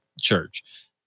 church